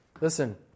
listen